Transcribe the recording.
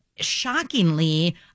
shockingly